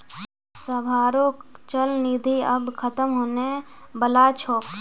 सबहारो चल निधि आब ख़तम होने बला छोक